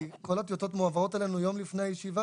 כי כל הטיוטות מועברות אלינו יום לפני הישיבה,